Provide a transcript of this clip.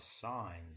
signs